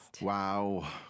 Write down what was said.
Wow